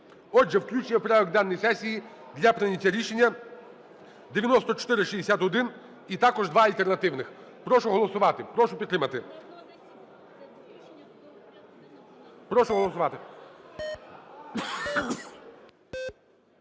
Отже, включення в порядок денний сесії для прийняття рішення 9461, і також два альтернативних, прошу голосувати,